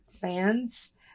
fans